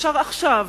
אפשר עכשיו,